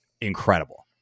incredible